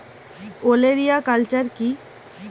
ওলেরিয়া কালচার কি?